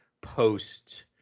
post